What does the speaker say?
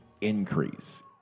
Increase